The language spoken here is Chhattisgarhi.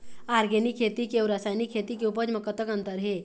ऑर्गेनिक खेती के अउ रासायनिक खेती के उपज म कतक अंतर हे?